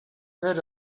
rid